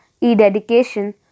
e-dedication